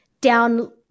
down